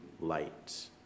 light